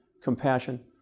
compassion